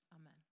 Amen